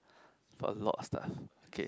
for a lot of stuff K